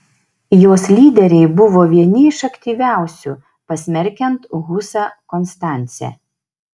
jos lyderiai buvo vieni iš aktyviausių pasmerkiant husą konstance